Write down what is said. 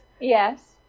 Yes